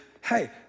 Hey